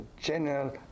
general